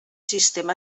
sistema